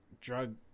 drug